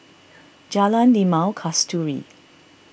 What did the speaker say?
Jalan Limau Kasturi